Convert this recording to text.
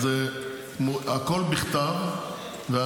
הכול בכתב,